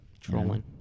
Trolling